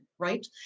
right